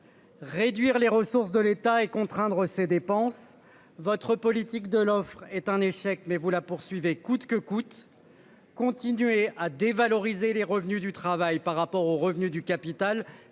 Réduire les ressources de l'État et contraindre ses dépenses votre politique de l'offre est un échec mais vous la poursuivez coûte que coûte. Continuer à dévaloriser les revenus du travail par rapport aux revenus du capital.